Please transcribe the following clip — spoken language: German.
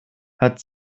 hat